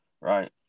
Right